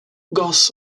goss